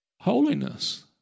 Holiness